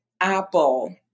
Apple